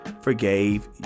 forgave